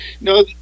no